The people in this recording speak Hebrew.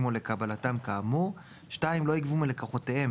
או לקבלתם כאמור; (2) לא יגבו מלקוחותיהם